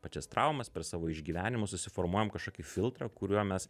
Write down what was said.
pačias traumas per savo išgyvenimus susiformuojam kažkokį filtrą kuriuo mes